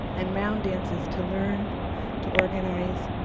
and round dances to learn to organize,